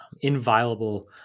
inviolable